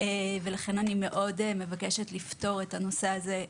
לכן אני מבקשת לפתור את הנושא הזה,